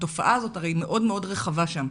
התופעה הזאת הרי מאוד מאוד רחבה שם.